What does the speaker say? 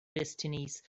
destinies